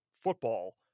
football